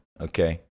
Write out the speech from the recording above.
okay